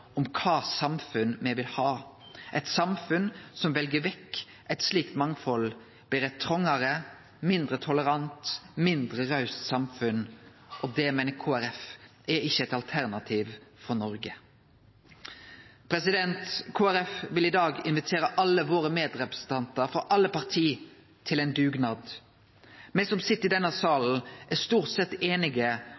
om kva samfunn me vil ha. Eit samfunn som vel vekk eit slikt mangfald, blir eit trongare, mindre tolerant og mindre raust samfunn. Det meiner Kristeleg Folkeparti ikkje er eit alternativ for Noreg. Kristeleg Folkeparti vil i dag invitere alle sine medrepresentantar frå alle parti til ein dugnad. Me som sit i denne